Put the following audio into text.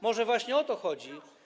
Może właśnie o to chodzi.